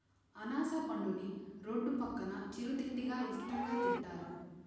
అనాస పండుని రోడ్డు పక్కన చిరు తిండిగా ఇష్టంగా తింటారు